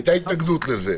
הייתה התנגדות לזה.